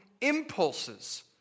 impulses